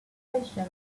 location